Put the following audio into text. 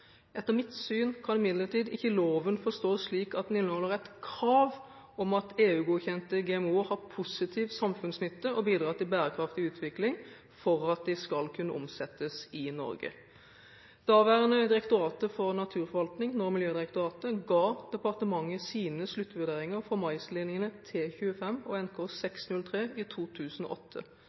Etter mitt syn kan imidlertid ikke loven forstås slik at den inneholder et krav om at EU-godkjente GMO-er har positiv samfunnsnytte og bidrar til bærekraftig utvikling, for at de skal kunne omsettes i Norge. Daværende Direktoratet for naturforvaltning, nå Miljødirektoratet, ga departementet sine sluttvurderinger for maislinjene T25 og